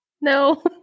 No